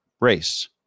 race